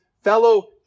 fellow